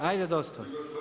Hajde dosta.